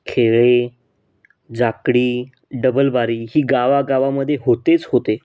खेळे जाखडी डबलबारी ही गावागावामध्ये होतेच होते